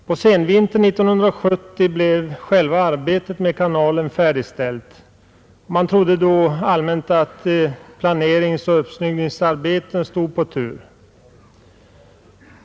På senvintern 1970 blev själva arbetet med kanalen färdigställt. Man trodde då allmänt att planeringsoch uppsnyggningsarbetet stod på tur.